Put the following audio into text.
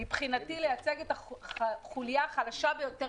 מבחינתי לייצג את החוליה החלשה ביותר